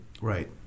Right